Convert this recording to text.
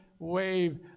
wave